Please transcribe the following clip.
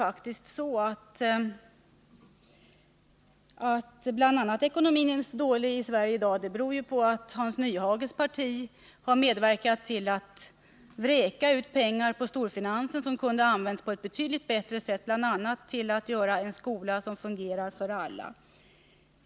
Att Sveriges ekonomi i dag är så dålig beror faktiskt på att Hans Nyhages parti har medverkat till att vräka ut pengar till storfinansen — pengar som kunde ha använts på ett betydligt bättre sätt, bl.a. till en skola som kunde fungera för alla.